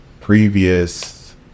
previous